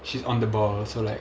then she's on the ball so like